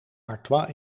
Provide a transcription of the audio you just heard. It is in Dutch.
artois